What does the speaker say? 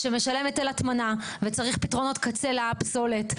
שמשלם היטל הטמנה וצריך פתרונות קצה לפסולת.